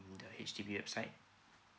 the H_D_B website